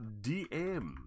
DM